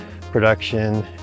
production